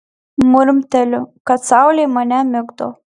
murmteliu kad saulė mane migdo